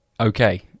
Okay